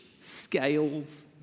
scales